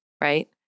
right